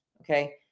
Okay